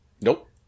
Nope